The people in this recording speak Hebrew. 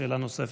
שאלה נוספת,